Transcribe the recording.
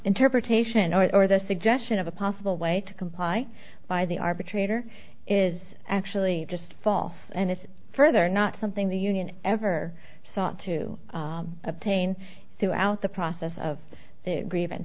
interpretation or the suggestion of a possible way to comply by the arbitrator is actually just false and it's further not something the union ever sought to obtain throughout the process of grievance